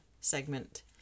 segment